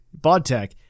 Bodtech